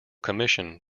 commission